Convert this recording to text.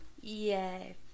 Yay